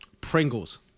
Pringles